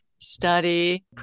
study